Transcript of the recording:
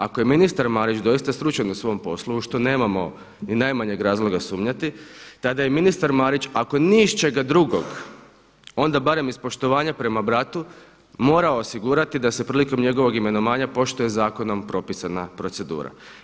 Ako je ministar Marić doista stručan u svom poslu što nemamo ni najmanjeg razloga sumnjati, tada je i ministar Marić ako ni iz čega drugog onda barem iz poštovanja prema bratu morao osigurati da se prilikom njegovog imenovanja poštuje zakonom propisana procedura.